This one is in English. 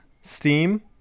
steam